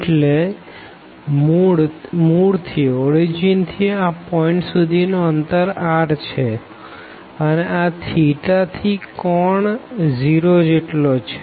એટલેમૂળ થી આ પોઈન્ટ સુધી નું અંતર r છેઅને આ થી કોણ 0 જેટલો છે